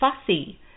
fussy